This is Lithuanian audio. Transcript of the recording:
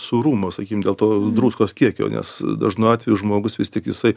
sūrumo sakykim dėl to druskos kiekio nes dažnu atveju žmogus vis tik jisai